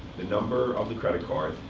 the number of the credit card,